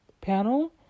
panel